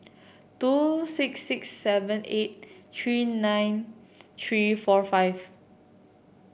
two six six seven eight three nine three four five